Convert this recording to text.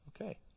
Okay